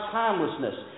timelessness